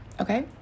Okay